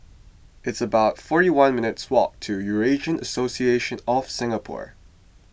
it's about forty one minutes' walk to Eurasian Association of Singapore